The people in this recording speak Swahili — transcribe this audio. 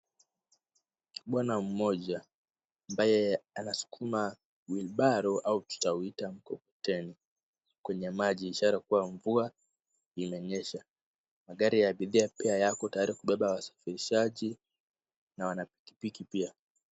Bwana mmoja ambaye anaskuma wheelbarrow au tatauita mkokoteni kwenye maji ishara kuwa mvua linanyesha. Magari ya bidhaa pia yako tayari kubeba wasafirishaji na wana pikipiki pia.